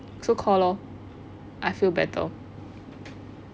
so call lor I feel better